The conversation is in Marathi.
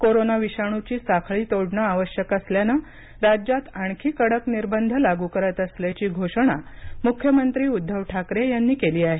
कोरोना विषाणूची साखळी तोडण आवश्यक असल्याने राज्यात आणखी कडक निर्बंध लागू करत असल्याची घोषणा मुख्यमंत्री उद्धव ठाकरे यांनी केली आहे